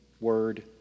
word